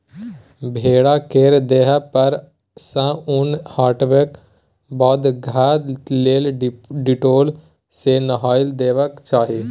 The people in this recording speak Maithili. भेड़ा केर देह पर सँ उन हटेबाक बाद घाह लेल डिटोल सँ नहाए देबाक चाही